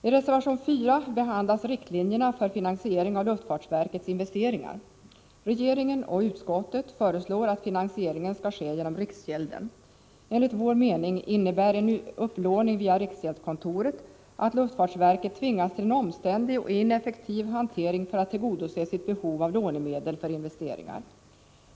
I reservation 4 behandlas riktlinjerna för finansiering av luftfartsverkets investeringar. Regeringen och utskottet föreslår att finansieringen skall ske genom riksgälden. Enligt vår mening innebär en upplåning via riksgäldskontoret att luftfartsverket tvingas till en omständlig och ineffektiv hantering för att tillgodose sitt behov av lånemedel för investeringar.